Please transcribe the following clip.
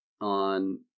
on